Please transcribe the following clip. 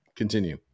continue